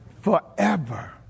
forever